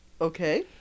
Okay